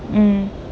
mm